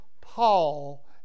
Paul